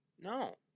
No